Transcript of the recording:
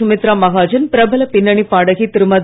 சுமித்ரா மகாஜன் பிரபல பின்னணி பாடகி திருமதி